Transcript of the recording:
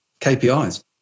KPIs